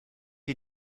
you